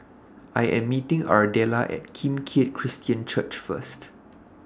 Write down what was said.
I Am meeting Ardella At Kim Keat Christian Church First